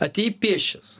atėjai pėsčias